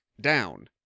down